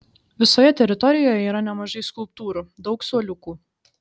visoje teritorijoje yra nemažai skulptūrų daug suoliukų